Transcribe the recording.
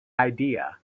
idea